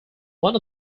one